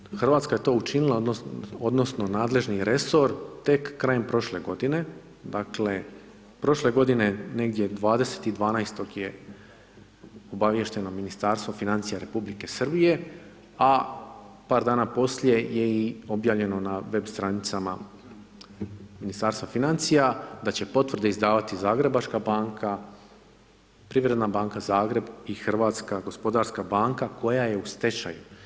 Odnosno Hrvatska je to učinila, odnosno, nadležni resor tek krajem prošle godine, dakle, prošle godine, negdje 20.12. je obavješteno Ministarstvo financija RH, a par dana poslije je i obavljeno na web stranicama Ministarstva financija, da će potvrde izdavati Zagrebačka banka, Privredna banka Zagreb i Hrvatska gospodarska banka koja je u stečaju.